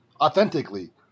authentically